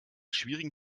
schwierigen